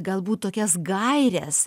galbūt tokias gaires